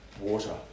water